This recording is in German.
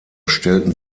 stellten